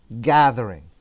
gathering